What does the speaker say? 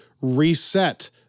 reset